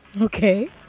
Okay